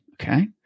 Okay